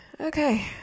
okay